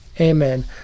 Amen